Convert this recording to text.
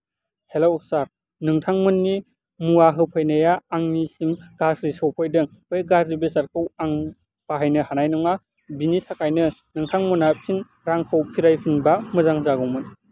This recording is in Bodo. हेलौ सार नोंथांमोननि मुवा होफैनाया आंनिसिम गाज्रि सौफैदों बै गाज्रि बेसादखौ आं बाहायनो हानाय नङा बेनि थाखायनो नोंथांमोनहा फिन रांखौ फिरायफिनबा मोजां जागौमोन